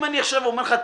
אם עכשיו אני אומר לך,